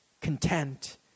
content